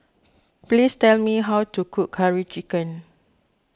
please tell me how to cook Curry Chicken